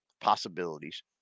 possibilities